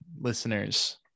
listeners